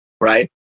right